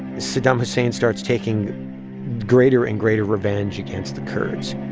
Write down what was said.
saddam hussein starts taking greater and greater revenge against the kurds